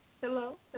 Hello